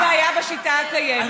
בוא נסכים שיש בעיה בשיטה הקיימת.